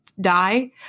die